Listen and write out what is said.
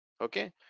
okay